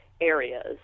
areas